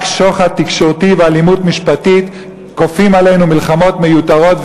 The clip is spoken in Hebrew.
רק שוחד תקשורתי ואלימות משפטית כופים עלינו מלחמות מיותרות,